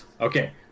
Okay